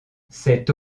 cette